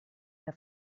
der